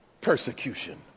persecution